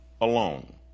alone